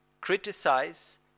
criticize